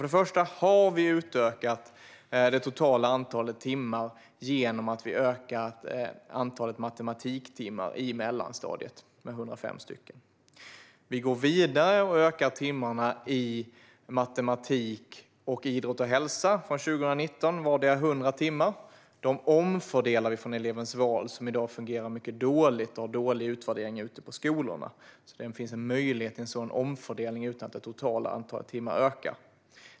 Det första är att vi har utökat det totala antalet timmar genom att vi ökar antalet matematiktimmar i mellanstadiet med 105. Vi går vidare och ökar antalet timmar i matematik och ämnet idrott och hälsa med vardera 100 timmar från 2019. Dessa timmar omfördelar vi från elevens val, som i dag fungerar mycket dåligt och har dålig utvärdering ute på skolorna. Det finns alltså en möjlighet till en sådan omfördelning utan att det totala antalet timmar ökar.